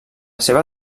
seva